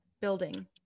building